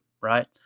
right